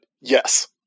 yes